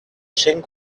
cent